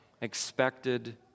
expected